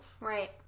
Right